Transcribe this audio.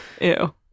Ew